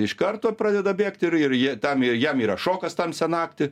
iš karto pradeda bėgt ir ir jie tam jam yra šokas tamsią naktį